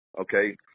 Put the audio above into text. okay